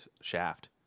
Shaft